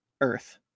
earth